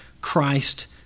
Christ